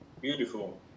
Beautiful